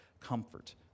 comfort